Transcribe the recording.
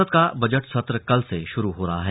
संसद का बजट सत्र कल से शुरू हो रहा है